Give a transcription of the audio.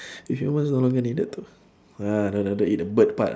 if humans no longer needed to ah I rather eat the bird part